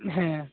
ᱦᱮᱸ